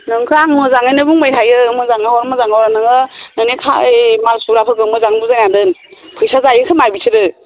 नोंखो आं मोजाङैनो बुंबाय थायो मोजाङै हर मोजाङै हर नोङो नोंनि ओइ मालसुग्राफोरखौ मोजां बुजायना दोन फैसा जायोखोमा बिसोरो